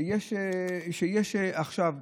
יש עכשיו צורך.